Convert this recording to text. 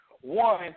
One